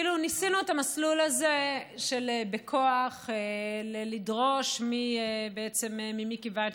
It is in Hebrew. ניסינו את המסלול הזה של לדרוש בכוח ממיקי וינטראוב,